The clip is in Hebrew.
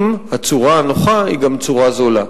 אם הצורה הנוחה היא גם צורה זולה.